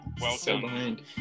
Welcome